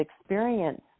experience